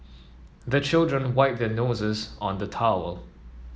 the children wipe their noses on the towel